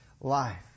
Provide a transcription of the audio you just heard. life